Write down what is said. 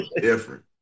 different